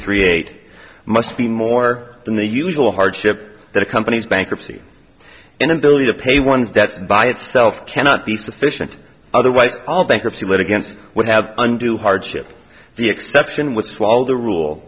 three eight must be more than the usual hardship that accompanies bankruptcy inability to pay one's debts by itself cannot be sufficient otherwise all bankruptcy laid against would have undue hardship the exception with fall the rule